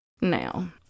Now